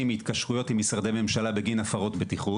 מהתקשרויות עם משרדי ממשלה בגין הפרות בטיחות.